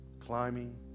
Climbing